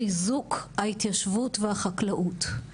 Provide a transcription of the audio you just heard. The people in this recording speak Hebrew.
חיזוק ההתיישבות והחקלאות.